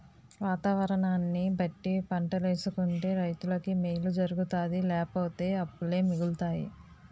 వాతావరణాన్ని బట్టి పంటలేసుకుంటే రైతులకి మేలు జరుగుతాది లేపోతే అప్పులే మిగులుతాయి